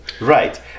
right